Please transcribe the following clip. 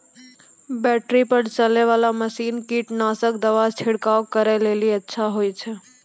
Battery पर चलै वाला मसीन कीटनासक दवा छिड़काव करै लेली अच्छा होय छै?